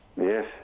yes